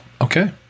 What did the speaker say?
okay